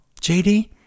JD